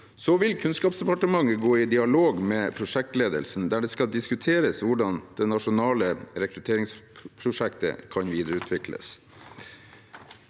2019. Kunnskapsdepartementet vil gå i dialog med prosjektledelsen, der det skal diskuteres hvordan det nasjonale rekrutteringsprosjektet kan videreutvikles.